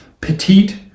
petite